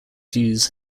views